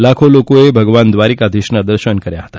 લાખો લોકોએ ભગવાન દ્વારકાધીશના દર્શન કર્યા હતા